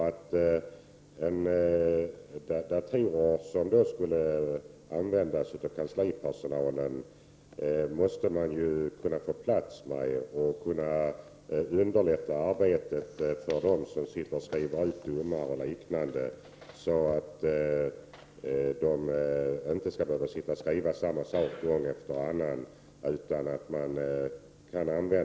De datorer som skulle användas av kanslipersonalen måste man ju kunna få plats med, så att arbetet underlättas för dem som skriver ut domar osv. De skall inte behöva skriva samma sak gång efter annan.